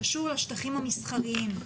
קשור לשטחים המסחריים,